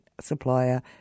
supplier